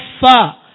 far